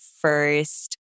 first